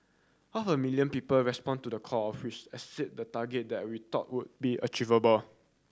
half a million people respond to the call which exceed the target that we thought would be achievable